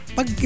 Pag